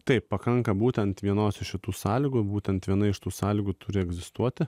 taip pakanka būtent vienos iš tų sąlygų būtent viena iš tų sąlygų turi egzistuoti